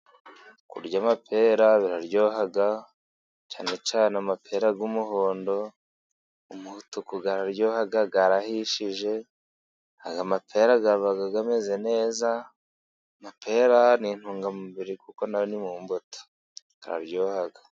Kurya amapera biraryoha, cyane cyane amapera y'umuhondo, n'umutuku araryoha, arahishije, aya mapera ahora ameze neza, amaterara ni intungamubiri kuko nayo ni mu mbuto. Araryoha.